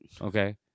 Okay